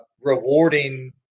rewarding